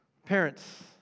Parents